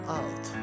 out